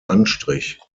anstrich